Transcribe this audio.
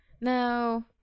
No